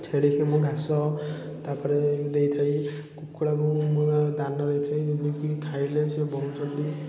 ଛେଳିକି ମୁଁ ଘାସ ତା'ପରେ ଦେଇଥାଇ କୁକୁଡ଼ାଙ୍କୁ ମୁଁ ଦାନା ଦେଇଥାଏ ଯେଉଁଟାକି ସେ ଖାଇଲେ ସେ ବହୁତ ଜଲ୍ଦି